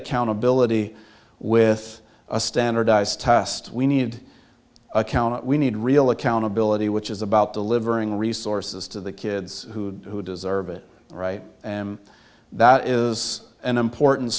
accountability with a standardized test we need accounting we need real accountability which is about delivering resources to the kids who deserve it right and that is an important